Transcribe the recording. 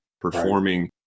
performing